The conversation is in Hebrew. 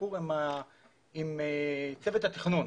הסיפור עם צוות התכנון,